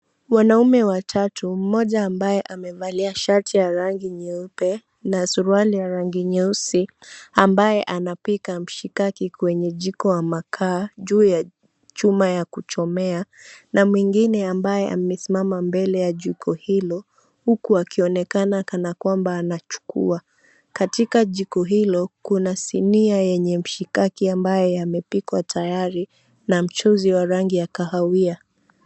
Wanaume watatu, mmoja ambaye amevalia shati ya rangi nyeupe na suruali ya rangi nyeusi ambaye anapika mshikaki kwenye jiko wa makaa juu ya chuma ya kuchomea na mwingine ambaye amesimama mbele ya jiko hilo huku akionekana kana kwamba anachukua. Katika jiko hilo kuna sinia yenye mshikaki ambaye yamepikwa tayari na mchuzi wa rangi ya kahawia.